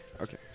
Okay